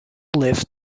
lift